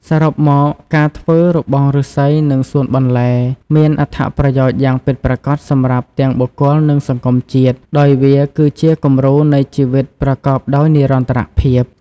សរុបមក ការធ្វើរបងឬស្សីនិងសួនបន្លែមានអត្ថប្រយោជន៍យ៉ាងពិតប្រាកដសម្រាប់ទាំងបុគ្គល និងសង្គមជាតិ ដោយវាគឺជាគំរូនៃជីវិតប្រកបដោយនិរន្តរភាព។